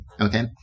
Okay